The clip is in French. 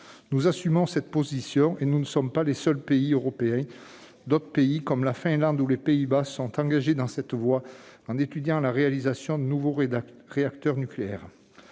Nous assumons cette position, que nous ne sommes pas les seuls à avoir en Europe, puisque d'autres pays, comme la Finlande ou les Pays-Bas, se sont engagés dans cette voie en étudiant la réalisation de nouveaux réacteurs nucléaires.